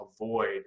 avoid